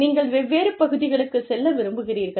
நீங்கள் வெவ்வேறு பகுதிகளுக்கு செல்ல விரும்புகிறீர்கள்